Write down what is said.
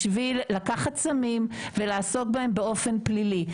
בשביל לקחת סמים ולעסוק בהם באופן פלילי.